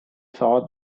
saw